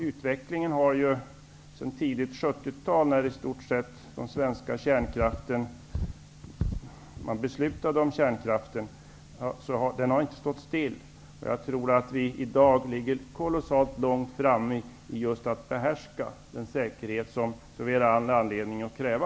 Utvecklingen har ju inte stått stilla sedan tidigt 70-tal, när man beslutade om den svenska kärnkraften. Jag tror att man i dag ligger kolossalt långt framme när det gäller att behärska den säkerhet som vi har all anledning att kräva.